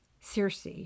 Circe